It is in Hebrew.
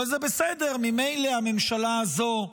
אבל זה בסדר, ממילא הממשלה הזו,